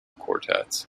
quartets